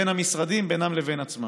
בין המשרדים, בינם לבין עצמם.